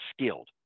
skilled